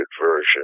version